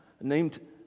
named